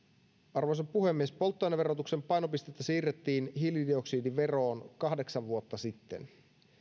arvoisa puhemies polttoaineverotuksen painopistettä siirrettiin hiilidioksidiveroon kahdeksan vuotta sitten